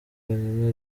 yonyine